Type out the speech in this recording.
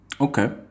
Okay